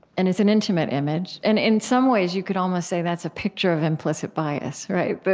and it's an intimate image. and in some ways, you could almost say that's a picture of implicit bias, right, but